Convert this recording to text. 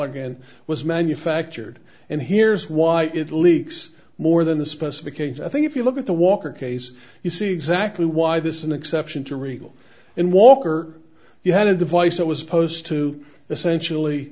egant was manufactured and here's why it leaks more than the specifications i think if you look at the walker case you see exactly why this is an exception to regal in water you had a device that was posed to essentially